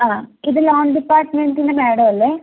ആ ഇത് ലോൺ ഡിപ്പാർട്ട്മെൻറ്റിൻ്റെ മാഡം അല്ലേ